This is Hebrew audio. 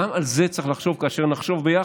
גם על זה צריך לחשוב, כאשר נחשוב ביחד,